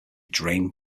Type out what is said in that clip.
drain